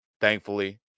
thankfully